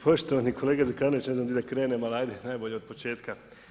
Poštovani kolega Zekanović, ne znam di da krenem, ali ajde, najbolje od početka.